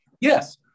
Yes